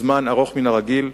זמן ארוך מהרגיל,